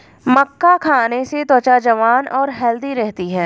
मक्का खाने से त्वचा जवान और हैल्दी रहती है